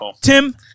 Tim